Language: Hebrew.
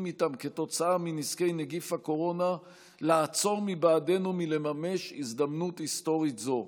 איתם כתוצאה מנזקי נגיף הקורונה לעצור בעדנו מלממש הזדמנות היסטורית זו.